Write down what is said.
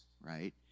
right